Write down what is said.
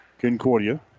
Concordia